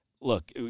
look